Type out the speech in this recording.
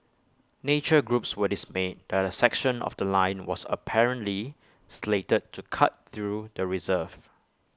nature groups were dismayed that A section of The Line was apparently slated to cut through the reserve